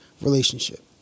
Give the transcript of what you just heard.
relationship